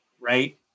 right